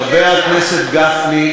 חבר הכנסת גפני,